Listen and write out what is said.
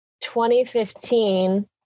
2015